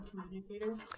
communicator